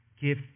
Give